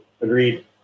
agreed